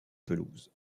pelouse